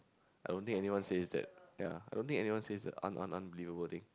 I don't think anyone says that ya I don't think anyone says the un~ un~ un~ unbelievable thing